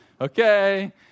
okay